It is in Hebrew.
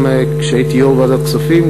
גם כשהייתי יושב-ראש ועדת הכספים,